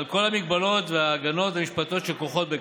על כל המגבלות וההגנות המשפטיות שכרוכות בכך.